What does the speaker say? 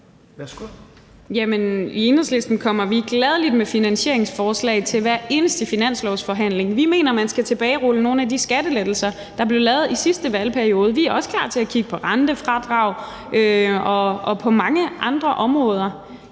I Enhedslisten kommer vi gladelig med finansieringsforslag til hver eneste finanslovsforhandling. Vi mener, at man skal tilbagerulle nogle af de skattelettelser, der blev lavet i sidste valgperiode. Vi er også klar til at kigge på rentefradrag og på mange andre områder.